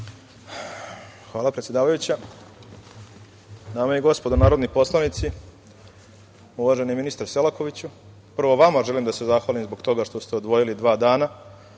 Hvala, predsedavajuća. Dame i gospodo narodni poslanici, uvaženi ministre Selakoviću, prvo vama želim da se zahvalim zbog toga što ste odvojili dva dana